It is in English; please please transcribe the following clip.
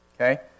Okay